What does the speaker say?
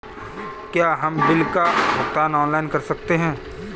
क्या हम बिल का भुगतान ऑनलाइन कर सकते हैं?